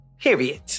Period